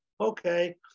okay